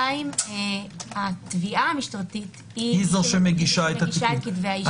התביעה המשטרתית מגישה את כתבי האישום.